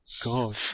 God